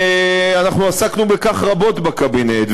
אנחנו עסקנו בכך רבות בקבינט,